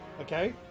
okay